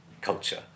culture